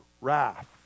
wrath